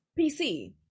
PC